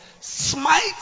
Smite